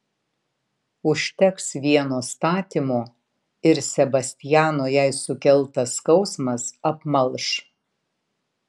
užteks vieno statymo ir sebastiano jai sukeltas skausmas apmalš